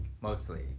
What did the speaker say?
mostly